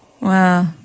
Wow